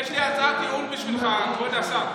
יש לי הצעת ייעול בשבילך, כבוד השר,